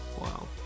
Wow